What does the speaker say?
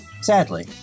Sadly